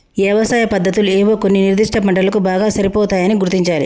యవసాయ పద్దతులు ఏవో కొన్ని నిర్ధిష్ట పంటలకు బాగా సరిపోతాయని గుర్తించాలి